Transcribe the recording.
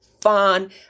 fun